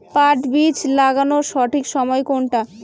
পাট বীজ লাগানোর সঠিক সময় কোনটা?